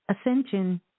Ascension